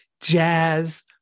jazz